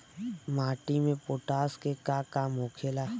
माटी में पोटाश के का काम होखेला?